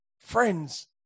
Friends